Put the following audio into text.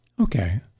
Okay